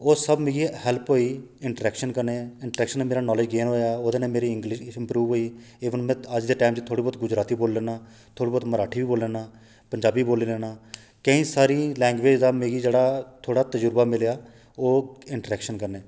ओह् सब मिगी हैल्प होई इंट्रैक्शन कन्नै इंट्रैक्शन कन्नै मेरा नाॅलेज गेन होएआ ओह्दे कन्नै मेरी इंग्लिश बी इम्परूव होई इवन में अज्ज दे टाइम च थोह्ड़ी बहुत गुजराती बोल्ली लैन्ना आं थोह्ड़ी बहुत मराठी बी बोल्ली लैन्ना पजांबी बोल्ली लैन्ना केईं सारी लैंग्वेज दा मिगी जेह्ड़ा थोह्ड़ा तजर्बा मिलेआ ओह् इंट्रैक्शन कन्नै